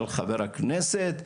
חבר הכנסת.